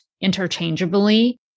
interchangeably